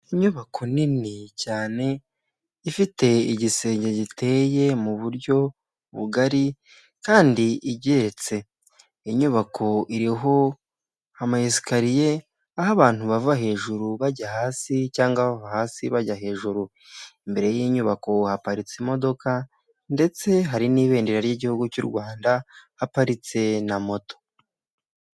Inyubako nini cyane ifite igisenge giteye mu buryo bugari kandi igeretse. Inyubako iriho ama esikariye aho abantu bava hejuru bajya hasi cyangwa bava hasi bajya hejuru, imbere y'inyubako haparitse imodoka ndetse hari n'ibendera ry'igihugu cy'u Rwanda, haparitse na moto.